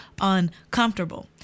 uncomfortable